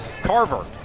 Carver